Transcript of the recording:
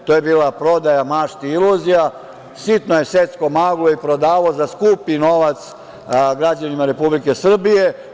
To je bila prodaja mašti i iluzija, sitno je seckao maglu i prodavao za skupi novac građanima Republike Srbije.